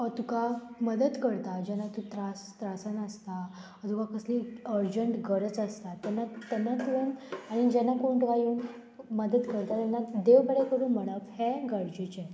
ओर तुका मदत करता जेन्ना तूं त्रास त्रासान आसता तुका कसली अर्जंट गरज आसता तेन्ना तेन्ना तुवें आनी जेन्ना कोण तुका येवन मदत करता तेन्ना देव बरें करूं म्हणप हें गरजेचें